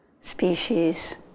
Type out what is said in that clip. species